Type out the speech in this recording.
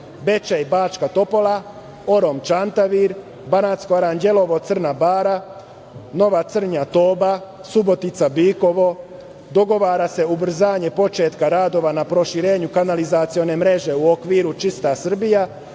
Bečej-Bačka Topola, Orom-Čantavir, Banatsko Aranđelovo-Crna Bara, Nova Crnja-Toba, Subotica-Bikovo, dogovara se ubrzanje početka radova na proširenju kanalizacione mreže u okviru „Čista Srbija“